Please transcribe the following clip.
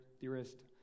theorist